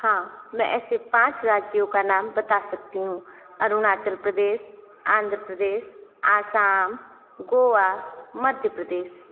हाँ मैं ऐसे पाँच राज्यों का नाम बता सकती हूँ अरुणाचल प्रदेश आन्ध्र प्रदेश आसाम गोवा मध्य प्रदेश